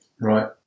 right